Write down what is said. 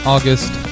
August